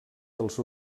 dels